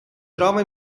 trova